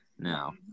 Now